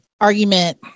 argument